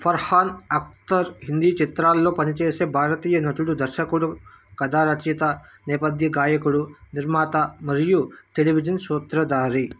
ఫర్హాన్ అక్తర్ హిందీ చిత్రాల్లో పని చేసే భారతీయ నటుడు దర్శకుడు కథా రచయత నేపథ్య గాయకుడు నిర్మాత మరియు టెలివిజన్ సూత్రధారి